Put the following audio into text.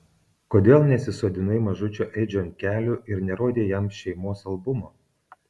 kodėl nesisodinai mažučio edžio ant kelių ir nerodei jam šeimos albumo